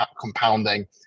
compounding